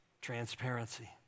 transparency